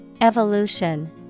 evolution